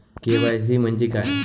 KYC म्हंजे काय?